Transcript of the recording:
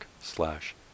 slash